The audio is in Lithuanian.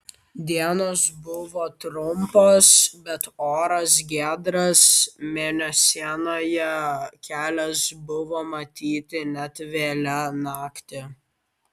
dienos buvo trumpos bet oras giedras mėnesienoje kelias buvo matyti net vėlią naktį